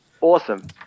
awesome